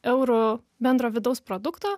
eurų bendro vidaus produkto